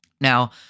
Now